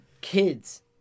kids